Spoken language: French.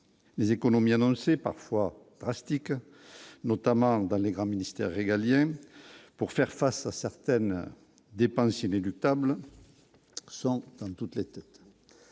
les économies annoncées, parfois drastiques, notamment dans les grands ministères régaliens pour faire face à certaines dépenses inéluctables, sans dans toutes les têtes,